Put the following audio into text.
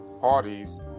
parties